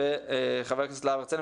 חבר הכנסת לה הרצנו,